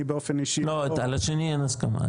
אני, באופן אישי -- לא, לשני אין הסכמה.